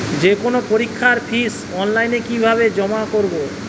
যে কোনো পরীক্ষার ফিস অনলাইনে কিভাবে জমা করব?